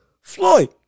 Floyd